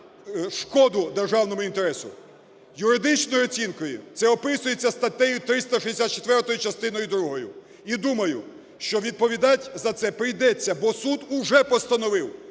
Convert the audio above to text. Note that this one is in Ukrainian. шкоду державному інтересу. Юридичною оцінкою це описується статтею 364 частиною другою. І, думаю, що відповідати за це прийдеться, бо суд уже постановив,